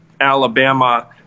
Alabama